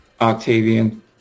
Octavian